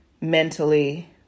mentally